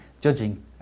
judging